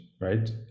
right